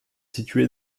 située